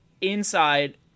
inside